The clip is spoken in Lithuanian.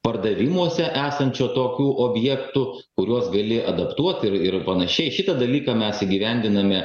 pardavimuose esančio tokių objektų kuriuos gali adaptuot ir ir panašiai šitą dalyką mes įgyvendiname